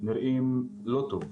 נראים לא טוב.